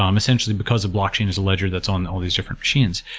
um essentially, because of block chain is a leger that's on all these different machines.